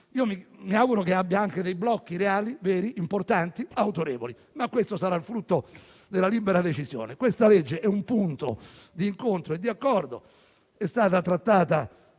Io mi auguro che si formino dei blocchi reali, veri, importanti e autorevoli. Ma questo sarà il frutto della libera decisione. Questo disegno di legge è un punto di incontro e di accordo. È stato trattato